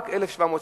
רק 1,700 שקל,